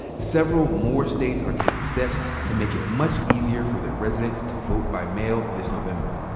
several more states are taking steps to make it much easier for their residents to vote by mail this november.